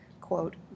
quote